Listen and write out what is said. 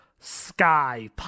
sky